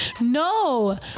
no